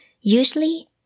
usually